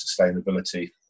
sustainability